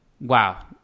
wow